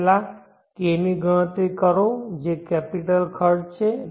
પહેલા તમે K ની ગણતરી કરો જે કેપિટલખર્ચ છે